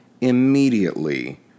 immediately